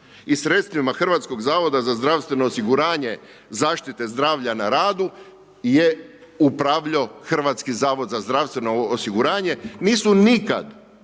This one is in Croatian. I sredstvima Hrvatskog zavoda za zdravstveno osiguranje zaštite zdravlja na radu je upravljao Hrvatski zavod za zdravstveno osiguranje. Nisu nikada